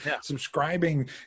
subscribing